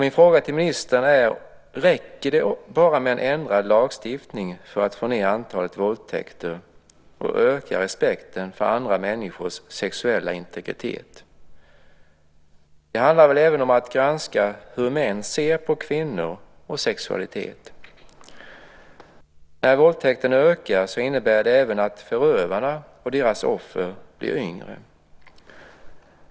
Min fråga till ministern är: Räcker det bara med en ändrad lagstiftning för att få ned antalet våldtäkter och öka respekten för andra människors sexuella integritet? Det handlar väl även om att granska hur män ser på kvinnor och sexualitet? När antalet våldtäkter ökar innebär det även att förövarna och deras offer blir yngre.